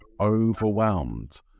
overwhelmed